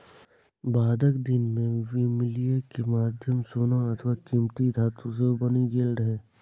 बादक दिन मे विनिमय के माध्यम सोना अथवा कीमती धातु सेहो बनि गेल रहै